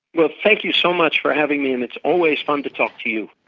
well thank you so much for having me and it's always fun to talk to you.